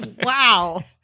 Wow